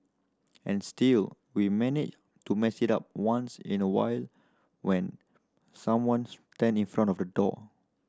and still we manage to mess it up once in a while when someone stand in front of the door